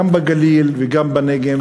גם בגליל וגם בנגב,